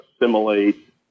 assimilate